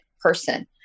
person